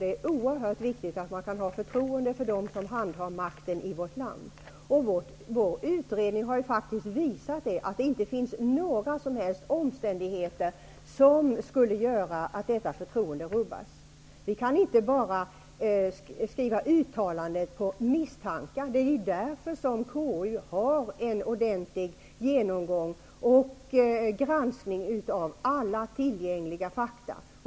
Det är oerhört viktigt att man kan ha förtroende för dem som handhar makten i vårt land, och vår utredning har faktiskt visat att det inte finns några som helst omständigheter som skulle göra att detta förtroende rubbas. Vi kan inte utforma uttalanden bara på misstankar. Det är därför som KU gör en ordentlig genomgång och granskning av alla tillgängliga fakta.